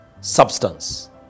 substance